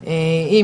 לדבר,